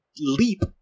leap